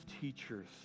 teachers